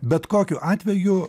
bet kokiu atveju